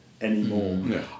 anymore